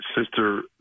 Sister